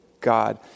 God